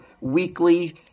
weekly